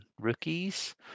rookies